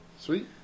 Sweet